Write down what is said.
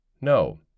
no